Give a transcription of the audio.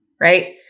right